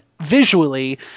visually